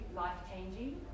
life-changing